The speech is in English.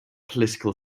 political